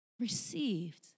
received